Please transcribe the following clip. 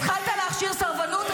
התחלת להכשיר סרבנות?